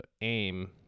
aim